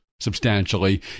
substantially